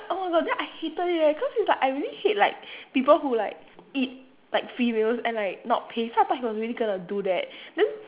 oh my god then I hated it leh cause it's like I really hate like people who like eat like free meals and like not pay so I thought he was really gonna do that then